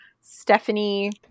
stephanie